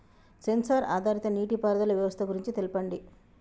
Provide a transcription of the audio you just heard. Censor ఆధారిత నీటిపారుదల వ్యవస్థ గురించి తెల్పండి?